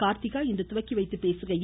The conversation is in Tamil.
கார்த்திகா இன்று துவக்கிவைத்து பேசுகையில்